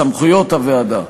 סמכויות הוועדה: